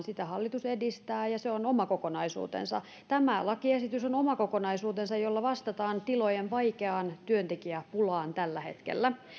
sitä hallitus edistää ja se on oma kokonaisuutensa tämä lakiesitys on oma kokonaisuutensa jolla vastataan tilojen vaikeaan työntekijäpulaan tällä hetkellä